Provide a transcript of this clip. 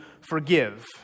forgive